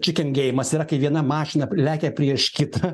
kikengeimas yra kai viena mašina p lekia prieš kitą